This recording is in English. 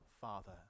Father